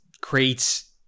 crates